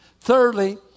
Thirdly